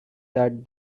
that